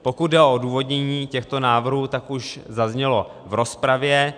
Pokud jde o odůvodnění těchto návrhů, tak už zaznělo v rozpravě.